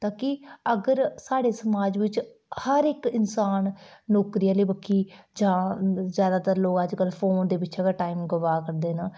ताकि अगर साढ़े समाज बिच्च हर इक इंसान नौकरी आह्ली बक्खी जां ज्यादात्तर लोक अज्जकल फोन दे पिच्छे गे टाइम गवा करदे न